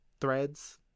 threads